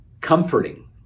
comforting